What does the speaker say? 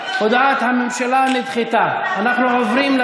הודעת הממשלה על רצונה להחיל דין רציפות על